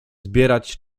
zbierać